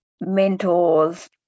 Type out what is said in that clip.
mentors